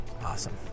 awesome